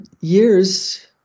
years